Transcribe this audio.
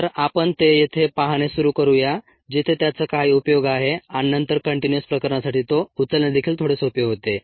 तर आपण ते येथे पाहणे सुरू करूया जिथे त्याचा काही उपयोग आहे आणि नंतर कंटीन्युअस प्रकरणासाठी तो उचलणे देखील थोडे सोपे होते